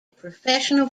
professional